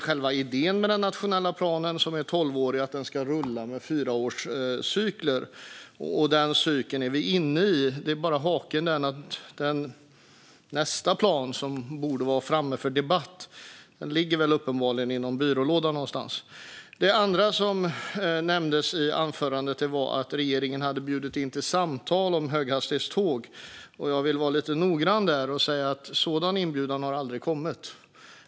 Själva idén med den nationella planen, som är tolvårig, är att den ska rulla i fyraårscykler. Den cykeln är vi inne i. Haken är bara att nästa plan, som borde vara framme för debatt, uppenbarligen ligger i någon byrålåda någonstans. Det andra i anförandet som jag reflekterade över var att regeringen hade bjudit in till samtal om höghastighetståg. Jag vill vara lite noggrann och säga att en sådan inbjudan aldrig har kommit.